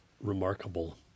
remarkable